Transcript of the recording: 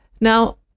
Now